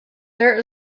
there